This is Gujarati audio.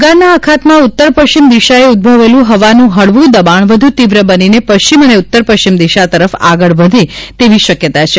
બંગાળના અખાતમાં ઉત્તર પશ્ચિમ દિશાએ ઉદભવેલું હવાનું હળવું દબાણ વધુ તીવ્ર બનીને પશ્ચિમ અને ઉત્તર પશ્ચિમ દિશા તરફ આગળ વધે તેવી શક્યતા છે